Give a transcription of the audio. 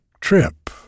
trip